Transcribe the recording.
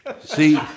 See